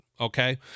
okay